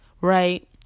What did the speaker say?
Right